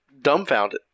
dumbfounded